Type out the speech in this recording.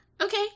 Okay